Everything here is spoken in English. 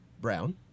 brown